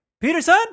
Peterson